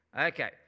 okay